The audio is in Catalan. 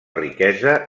riquesa